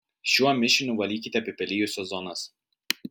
šiuo mišiniu valykite apipelijusias zonas